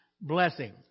blessing